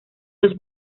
los